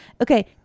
Okay